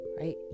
right